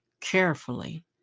carefully